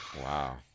Wow